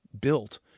built